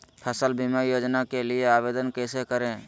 फसल बीमा योजना के लिए आवेदन कैसे करें?